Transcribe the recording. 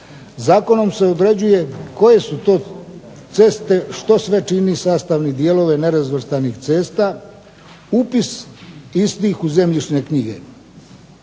Zakonom se određuje koje su to ceste, što sve čini sastavni dijelove nerazvrstane cesta, upis istih u zemljišne knjige.